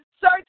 Search